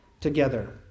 together